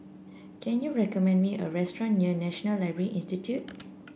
can you recommend me a restaurant near National Library Institute